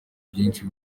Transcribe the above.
byinshi